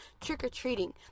trick-or-treating